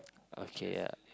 okay ya